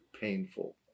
painful